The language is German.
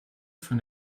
von